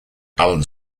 allan